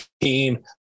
team